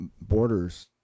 borders